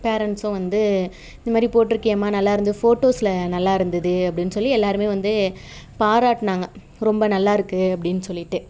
பேரண்ட்ஸும் வந்து இந்த மாதிரி போட்டிருக்கியேம்மா நல்லா இருந்தது ஃபோட்டோஸ்சில் நல்லா இருந்தது அப்படின்னு சொல்லி எல்லாேருமே வந்து பாராட்டினாங்க ரொம்ப நல்லா இருக்குது அப்படின்னு சொல்லிட்டு